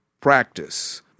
practice